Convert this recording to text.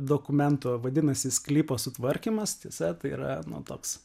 dokumentų vadinasi sklypo sutvarkymas tiesa tai yra toks